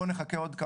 בואו נחכה עוד.